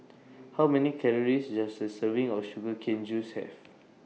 How Many Calories Does A Serving of Sugar Cane Juice Have